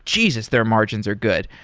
jesus! their margins are good.